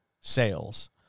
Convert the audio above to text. sales